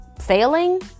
failing